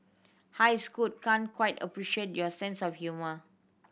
hi Scoot can't quite appreciate your sense of humour